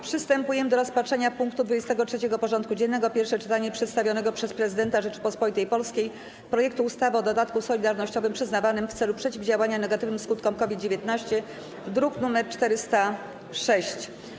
Przystępujemy do rozpatrzenia punktu 23. porządku dziennego: Pierwsze czytanie przedstawionego przez Prezydenta Rzeczypospolitej Polskiej projektu ustawy o dodatku solidarnościowym przyznawanym w celu przeciwdziałania negatywnym skutkom COVID-19 (druk nr 406)